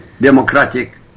Democratic